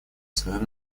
своем